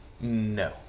No